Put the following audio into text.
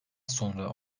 sonra